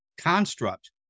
construct